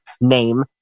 name